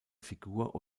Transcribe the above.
figur